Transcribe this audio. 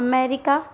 America